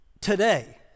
today